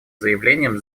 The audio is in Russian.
заявлением